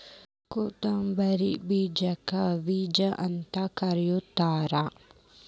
ಕೊತ್ತಂಬ್ರಿ ಬೇಜಕ್ಕ ಹವಿಜಾ ಅಂತ ಕರಿತಾರ